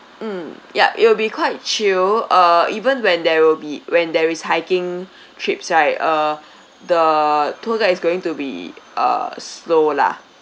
mm yup it will be quite chill uh even when there will be when there is hiking trips right uh the tour guide is going to be uh slow lah